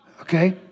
Okay